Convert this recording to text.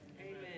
Amen